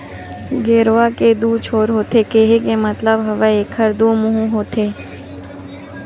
गेरवा के दू छोर होथे केहे के मतलब हवय एखर दू मुहूँ होथे